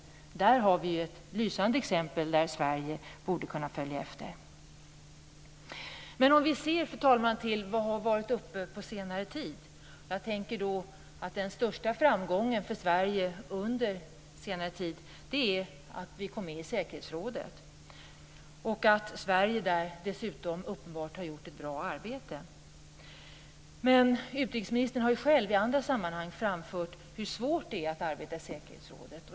Där har vi ett lysande exempel som Sverige borde kunna följa efter. Fru talman! Vad är det då som har varit uppe under senare tid? Den största framgången för Sverige under senare tid är att vi kom med i säkerhetsrådet. Sverige har dessutom uppenbart gjort ett bra arbete där. Men utrikesministern har själv i andra sammanhang framfört hur svårt det är att arbeta i säkerhetsrådet.